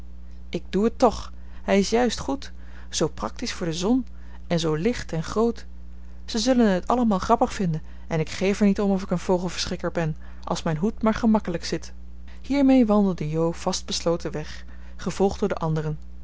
ik doe het toch hij is juist goed zoo practisch voor de zon en zoo licht en groot ze zullen het allemaal grappig vinden en ik geef er niet om of ik een vogelverschrikker ben als mijn hoed maar gemakkelijk zit hiermee wandelde jo vastbesloten weg gevolgd door de anderen